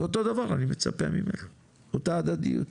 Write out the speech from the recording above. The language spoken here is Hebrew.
ואותו דבר אני מצפה ממך, אותה הדדיות.